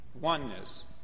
Oneness